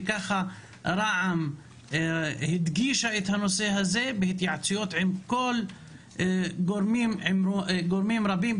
רע"ם הדגישה את הנושא הזה בהתייעצויות עם גורמים רבים,